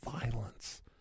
violence